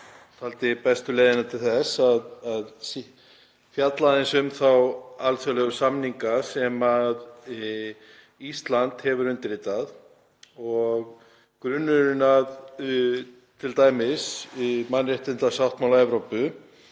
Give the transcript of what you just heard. og taldi bestu leiðina til þess að fjalla aðeins um þá alþjóðlegu samninga sem Ísland hefur undirritað. Grunnurinn að t.d. mannréttindasáttmála Evrópu,